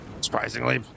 surprisingly